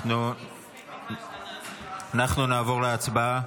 נעבור להצבעה.